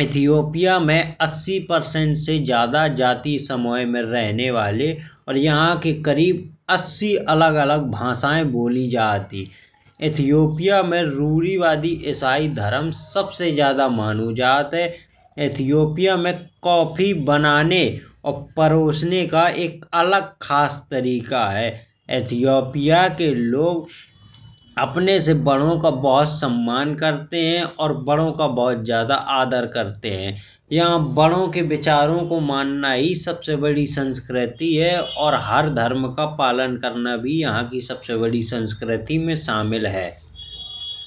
इथियोपिया में अस्सी प्रतिशत से ज़्यादा जाति समूह में रहने वाले। और यहाँ के करीब अस्सी अलग अलग भाषाएँ बोली जाती हैं। इथियोपिया में रूढ़िवादी धर्म सबसे ज़्यादा मानो जाता है। इथियोपिया में कॉफी बनाना और परोसने का एक अलग खास तरीका है। इथियोपिया के लोग अपने से बड़ों का बहुत ज़्यादा सम्मान करते हैं। और बड़ों का बहुत ज़्यादा आदर करते हैं। यहाँ बड़ों के विचारों को मानना ही सबसे बड़ी संस्कृति है। और हर धर्म का पालन करना भी यहाँ की सबसे बड़ी संस्कृति में शामिल है।